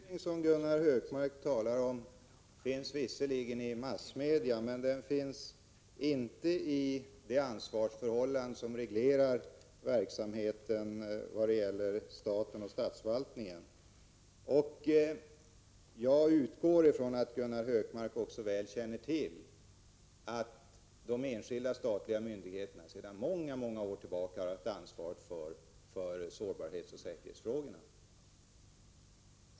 Herr talman! Den förvirring som Hökmark talar om finns visserligen i massmedia, men den finns inte i de ansvarsförhållanden som råder när det gäller verksamheten på statens och statsförvaltningens områden. Jag utgår ifrån att Gunnar Hökmark också väl känner till att de enskilda statliga myndigheterna sedan många år tillbaka har ansvaret för sårbarhetsoch säkerhetsfrågorna.